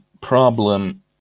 problem